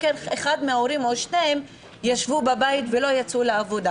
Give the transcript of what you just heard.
ההורים או שניהם ישבו בבית ולא יצאו לעבודה.